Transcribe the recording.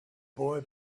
boy